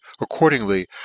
accordingly